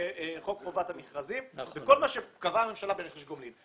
חוק חובת המכרזים ובכל מה שקבעה הממשלה ברכש גומלין.